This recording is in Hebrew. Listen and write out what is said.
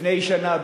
לפני שנה,